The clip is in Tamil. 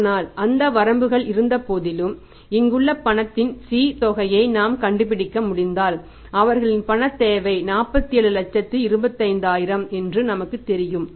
ஆனால் அந்த வரம்புகள் இருந்தபோதிலும் இங்குள்ள பணத்தின் C தொகையை நாம் கண்டுபிடிக்க முடிந்தால் அவர்களின் மாதத் தேவை 4725000 என்று நமக்கு தெரியும்